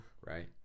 Right